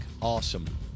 Awesome